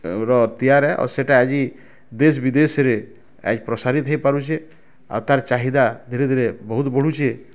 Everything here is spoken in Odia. ର ତିଆରି ଆଉ ସେଟା ଆଜି ଦେଶ ବିଦେଶରେ ଆଜି ପ୍ରସାରିତ ହେଇ ପାରୁଛି ଆଉ ତାର୍ ଚାହିଦା ଧୀରେ ଧୀରେ ବହୁତ ବଢୁଛି